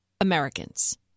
Americans